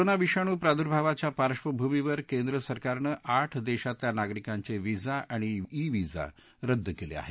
corona विषाणू प्रादुर्भावाच्या पार्श्भूमीवर केंद्र सरकारनं आठ देशातल्या नागरिकांचे व्हिसा आणि ई व्हिसा रद्द केले आहेत